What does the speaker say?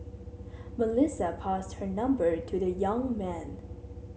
Melissa passed her number to the young man